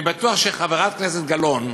אני בטוח שחברת הכנסת גלאון,